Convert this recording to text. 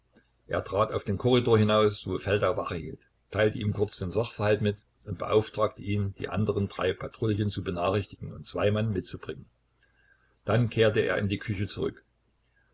er trat auf den korridor hinaus wo feldau wache hielt teilte ihm kurz den sachverhalt mit und beauftragte ihn die anderen drei patrouillen zu benachrichtigen und zwei mann mitzubringen dann kehrte er in die küche zurück